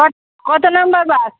ক কত নাম্বার বাস